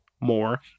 more